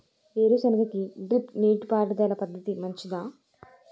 వేరుసెనగ కి డ్రిప్ నీటిపారుదల పద్ధతి మంచిదా?